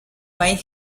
made